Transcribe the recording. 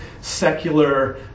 secular